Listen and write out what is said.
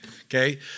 Okay